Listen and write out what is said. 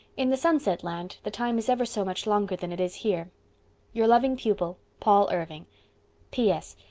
in the sunset land the time is ever so much longer than it is here your loving pupil paul irving p. s.